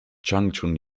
changchun